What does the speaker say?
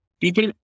People